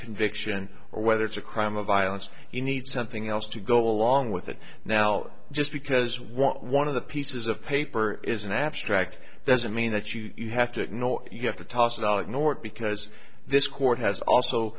conviction or whether it's a crime of violence you need something else to go along with it now just because one one of the pieces of paper is an abstract doesn't mean that you have to ignore you have to toss it all ignore it because this court has also